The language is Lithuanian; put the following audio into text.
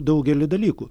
daugelį dalykų